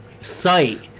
site